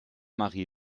marie